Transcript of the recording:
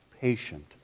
patient